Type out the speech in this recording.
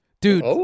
Dude